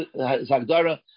Zagdara